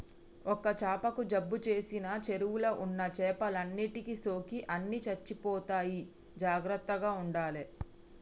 ఒక్క చాపకు జబ్బు చేసిన చెరువుల ఉన్న చేపలన్నిటికి సోకి అన్ని చచ్చిపోతాయి జాగ్రత్తగ ఉండాలే